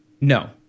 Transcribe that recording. No